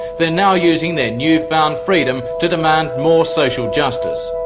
they're now using their new-found freedom to demand more social justice.